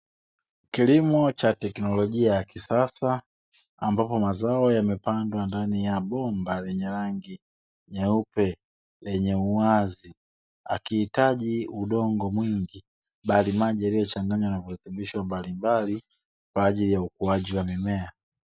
Kilimo cha teknolojia ya kisasa ambapo mazao yamepandwa ndani ya bomba lenye rangi nyeupe ,lenye uwazi akiitaji udongo mwingi bali maji yaliyochanganywa na virutubisho mbalimbali kwa ajili ya ukuaji wa mimea.